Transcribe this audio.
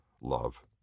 love